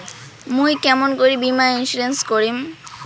মুই কেমন করি বীমা ইন্সুরেন্স করিম?